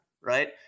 right